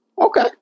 Okay